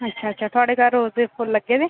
अच्छा अच्छा थुआढ़े घर रोज दे फुल्ल लग्गे दे